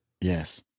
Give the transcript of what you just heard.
Yes